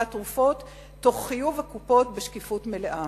התרופות תוך חיוב הקופות בשקיפות מלאה.